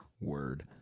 Word